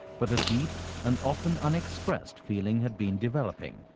but a deep and often unexpressed feeling had been developing,